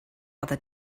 other